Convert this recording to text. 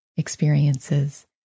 experiences